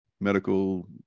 Medical